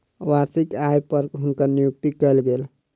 वार्षिक आय पर हुनकर नियुक्ति कयल गेल